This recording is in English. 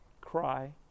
cry